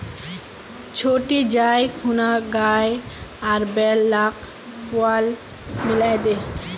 छोटी जाइ खूना गाय आर बैल लाक पुआल मिलइ दे